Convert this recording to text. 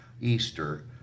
easter